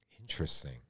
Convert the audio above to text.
Interesting